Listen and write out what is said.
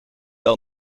wel